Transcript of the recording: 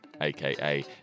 aka